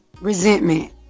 resentment